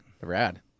rad